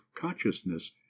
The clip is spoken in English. consciousness